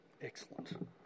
excellent